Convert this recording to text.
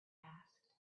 asked